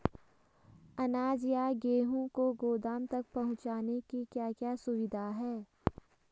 अनाज या गेहूँ को गोदाम तक पहुंचाने की क्या क्या सुविधा है?